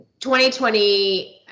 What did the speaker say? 2020